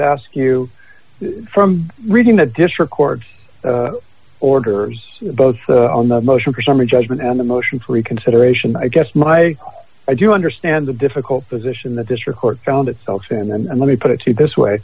ask you from reading the district court orders both on the motion for summary judgment and a motion for reconsideration i guess my i do understand the difficult position the district court found itself in and let me put it to this way